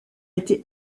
été